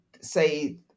say